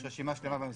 יש רשימה שלמה במסמך,